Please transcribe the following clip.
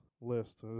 list